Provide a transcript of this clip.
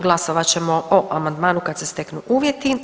Glasovat ćemo o amandmanu kad se steknu uvjeti.